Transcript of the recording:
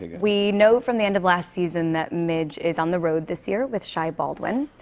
we know from the end of last season that midge is on the road this year with shy baldwin,